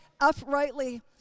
uprightly